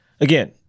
Again